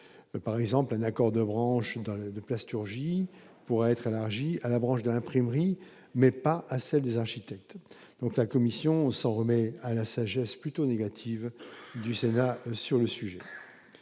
par exemple, un accord devra en Chine dans le de plasturgie pourrait être élargie à la branche de l'imprimerie, mais pas à celle des architectes donc la Commission s'en remet à la sagesse plutôt négative du Sénat sur le sujet